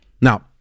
Now